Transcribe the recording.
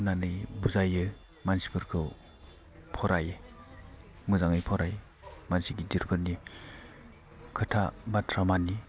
होनानै बुजायो मानसिफोरखौ फराय मोजाङै फराय मानसि गिदिरफोरनि खोथा बाथ्रा मानि